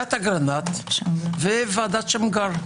ועדת אגרנט ו-וועדת שמגר.